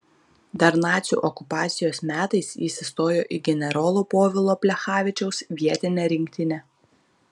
dar nacių okupacijos metais jis įstojo į generolo povilo plechavičiaus vietinę rinktinę